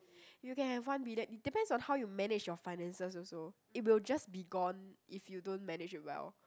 you can have one billion it depends on how to manage your finances also it will just be gone if you don't manage it well